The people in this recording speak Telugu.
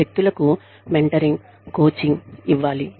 వ్యక్తులకు మెంటరింగ్ కోచింగ్ ఇవ్వాలి